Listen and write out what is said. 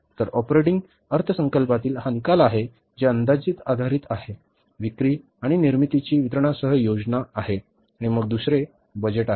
तर ऑपरेटिंग अर्थसंकल्पातील हा निकाल आहे जे अंदाजावर आधारित आहे विक्री आणि निर्मितीची वितरणासह योजना आहे आणि मग दुसरे बजेट आहे